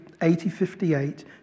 1858